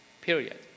period